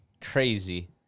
Crazy